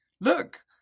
look